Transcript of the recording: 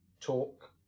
talk